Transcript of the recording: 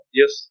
yes